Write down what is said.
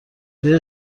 دید